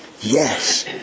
Yes